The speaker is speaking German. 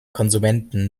konsumenten